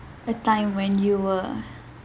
a time when you were